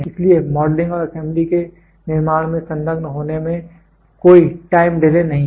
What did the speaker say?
इसलिए मॉडलिंग और असेंबली के निर्माण में संलग्न होने में कोई टाइम डिले नहीं है